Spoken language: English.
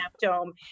dome